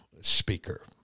speaker